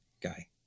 guy